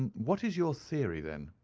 and what is your theory, then?